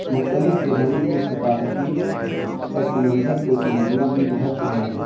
مختلف زبانوں کی ثقافتی پس منظر کو سمجھنا بھی بہت اہم ہیں